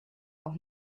auch